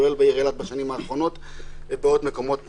כולל בעיר אילת בשנים האחרונות ובמקומות אחרים,